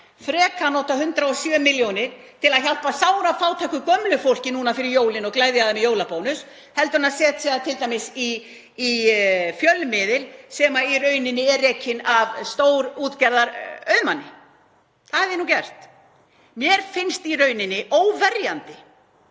frekar notað 107 milljónir til að hjálpa sárafátæku gömlu fólki núna fyrir jólin og gleðja það með jólabónus heldur en að setja þær í t.d. fjölmiðil sem í rauninni rekinn af stórútgerðarauðmanni. Það hefði ég nú gert. Mér finnst í rauninni óverjandi